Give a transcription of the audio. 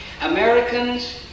americans